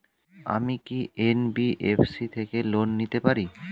আমি কি এন.বি.এফ.সি থেকে লোন নিতে পারি?